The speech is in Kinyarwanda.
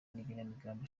n’igenamigambi